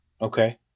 Okay